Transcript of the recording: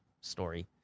story